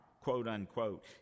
quote-unquote